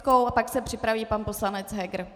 A pak se připraví pan poslanec Heger.